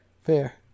Fair